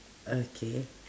okay